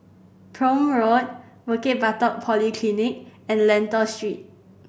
Prome Road Bukit Batok Polyclinic and Lentor Street